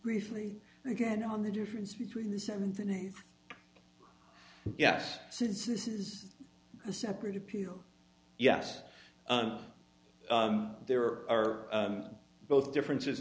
briefly again on the difference between the seventh and eighth yes since this is a separate appeal yes there are both differences